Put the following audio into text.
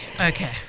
okay